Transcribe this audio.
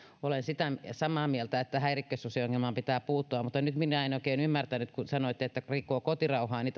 olen samaa mieltä että häirikkösusiongelmaan pitää puuttua mutta nyt minä en oikein ymmärtänyt sitä että kun sanoitte että rikkoo kotirauhaa niin